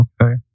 Okay